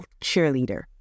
cheerleader